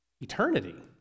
Eternity